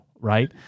right